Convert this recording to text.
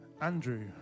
Andrew